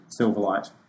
Silverlight